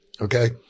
Okay